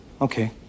Okay